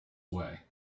way